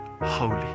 holy